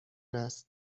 است